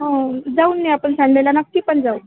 हो जाऊन येऊ आपण संडेला नक्की पण जाऊ